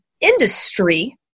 industry